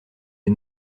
les